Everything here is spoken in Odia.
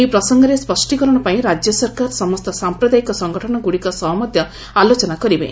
ଏହି ପ୍ରସଙ୍ଗରେ ସ୍ୱଷ୍ଟୀକରଣ ପାଇଁ ରାଜ୍ୟ ସରକାର ସମସ୍ତ ସାଂପ୍ରଦାୟିକ ସଂଗଠନ ଗୁଡିକ ସହ ମଧ୍ୟ ଆଲୋଚନା କରିବେ